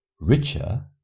richer